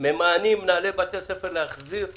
בתי הספר ממאנים להחזיר להורים,